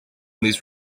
these